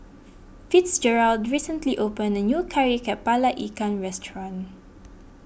Fitzgerald recently opened a new Kari Kepala Ikan restaurant